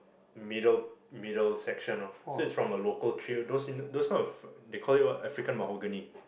middle middle section ah so it's from a local tree those in the those kind of they call what African Mahogany